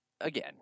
again